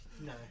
No